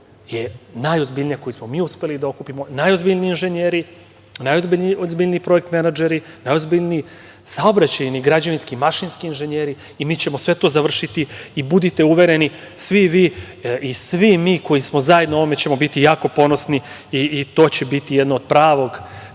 je najozbiljnija koju smo mi uspeli da okupimo. Najozbiljniji inženjeri, najozbiljniji projekt menadžeri, najozbiljniji saobraćajni, građevinski, mašinski inženjeri i mi ćemo sve to završiti. Budite uvereni svi vi i svi mi koji smo zajedno u ovome bićemo jako ponosni i to će biti jedna prava